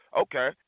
Okay